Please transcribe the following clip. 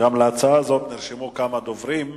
הצעת חוק שהייה שלא כדין (איסור